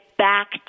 Back